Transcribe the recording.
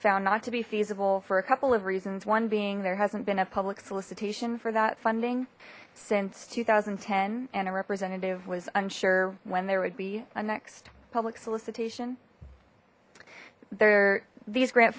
found not to be feasible for a couple of reasons one being there hasn't been a public solicitation for that funding since two thousand and ten and a representative was unsure when there would be a next public solicitation there these grant